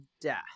death